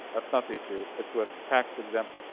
that's not the issue. it's with tax exempt.